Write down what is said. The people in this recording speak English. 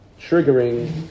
triggering